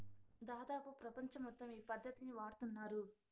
దాదాపు ప్రపంచం మొత్తం ఈ పద్ధతినే వాడుతున్నారు